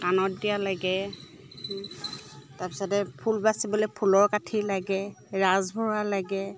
কাণত দিয়া লাগে তাৰপিছতে ফুল বাছিবলে ফুলৰ কাঠি লাগে ৰাজভৰা লাগে